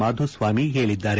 ಮಾಧುಸ್ವಾಮಿ ಹೇಳಿದ್ದಾರೆ